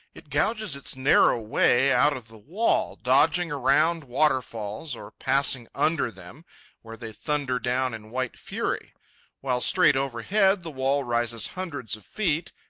it gouges its narrow way out of the wall, dodging around waterfalls or passing under them where they thunder down in white fury while straight overhead the wall rises hundreds of feet,